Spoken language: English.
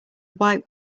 white